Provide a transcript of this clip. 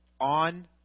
On